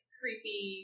creepy